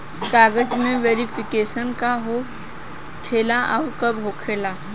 कागज के वेरिफिकेशन का हो खेला आउर कब होखेला?